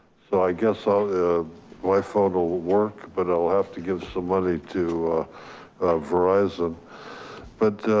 so, i guess all my phone will will work, but i'll have to give some money to verizon. but